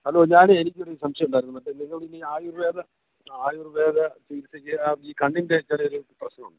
hello ഞാനേ എനിക്കൊരു സംശയം ഉണ്ടായിരുന്നു മറ്റേ നിങ്ങൾ ഈ ആയുർവേദ ആയുർവേദ ചികിത്സക്ക് ഈ കണ്ണിൻ്റെ ചെറിയൊരു പ്രശ്നം ഉണ്ട്